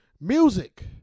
music